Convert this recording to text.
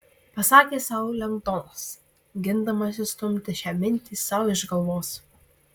pasakė sau lengdonas gindamas išstumti šią mintį sau iš galvos